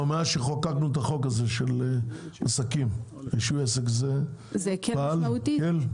מאז שחוקקנו את החוק של רישוי עסק --- זה הקל משמעותית,